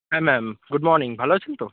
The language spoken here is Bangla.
হ্যাঁ ম্যাম গুড মর্নিং ভালো আছেন তো